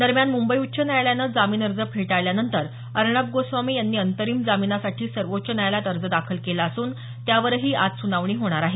दरम्यान मुंबई उच्च न्यायालयानं जामीन अर्ज फेटाळल्यानंतर अर्णब गोस्वामी यांनी अंतरीम जामिनासाठी सर्वोच्च न्यायालयात अर्ज दाखल केला असून त्यावरही आज सुनावणी होणार आहे